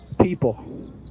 people